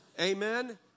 Amen